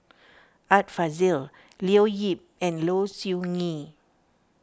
Art Fazil Leo Yip and Low Siew Nghee